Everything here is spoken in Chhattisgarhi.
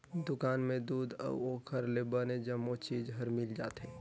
दुकान में दूद अउ ओखर ले बने जम्मो चीज हर मिल जाथे